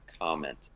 comment